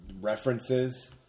references